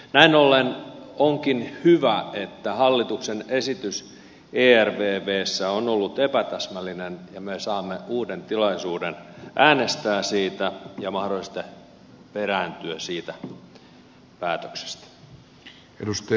näin ollen onkin hyvä että hallituksen esitys ervvstä on ollut epätäsmällinen ja me saamme uuden tilaisuuden äänestää siitä ja mahdollisesti perääntyä siitä päätöksestä